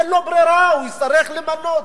אין לו ברירה, הוא יצטרך למנות.